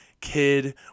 kid